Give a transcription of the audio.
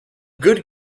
good